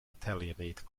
italianate